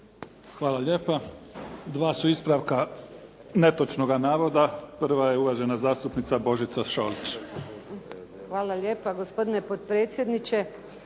Hvala lijepa. Dva su ispravka netočnoga navoda. Prva je uvažena zastupnica Božica Šolić. **Šolić, Božica (HDZ)** Hvala lijepa, gospodine potpredsjedniče.